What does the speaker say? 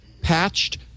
patched